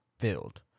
filled